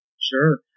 Sure